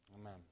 Amen